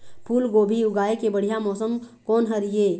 फूलगोभी उगाए के बढ़िया मौसम कोन हर ये?